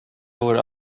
would